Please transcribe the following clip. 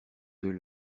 deux